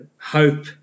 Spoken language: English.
hope